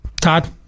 Todd